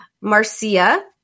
Marcia